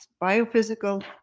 biophysical